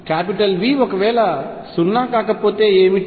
V ఒకవేళ 0 కాకపోతే ఏమిటి